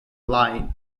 line